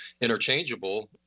interchangeable